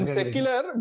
secular